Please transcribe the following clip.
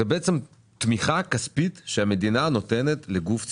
זאת תמיכה כספית שהמדינה נותנת לגוף ציבורי.